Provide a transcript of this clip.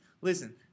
listen